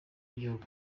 w’igihugu